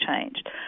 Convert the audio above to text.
changed